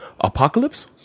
apocalypse